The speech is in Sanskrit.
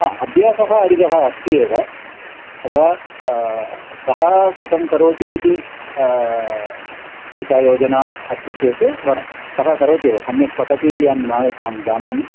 हा अभ्यासः अडिगः अस्ति एव अथवा सः कथं करोति इति एका योजना अस्ति चेत् वरं सः करोति एव सम्यक् पठतीति अहं जानामि